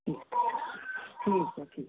ठीक है ठीक है